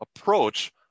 approach